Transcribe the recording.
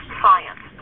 science